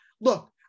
look